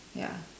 ya